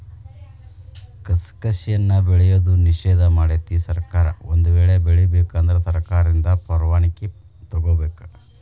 ಕಸಕಸಿಯನ್ನಾ ಬೆಳೆಯುವುದು ನಿಷೇಧ ಮಾಡೆತಿ ಸರ್ಕಾರ ಒಂದ ವೇಳೆ ಬೆಳಿಬೇಕ ಅಂದ್ರ ಸರ್ಕಾರದಿಂದ ಪರ್ವಾಣಿಕಿ ತೊಗೊಬೇಕ